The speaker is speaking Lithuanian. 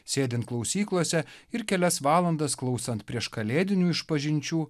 sėdint klausyklose ir kelias valandas klausant prieškalėdinių išpažinčių